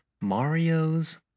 Mario's